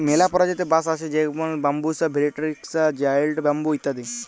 ম্যালা পরজাতির বাঁশ আছে যেমল ব্যাম্বুসা ভেলটিরিকসা, জায়েল্ট ব্যাম্বু ইত্যাদি